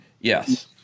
Yes